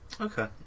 Okay